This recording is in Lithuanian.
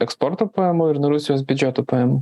eksporto pajamų ir nuo rusijos biudžeto pajamų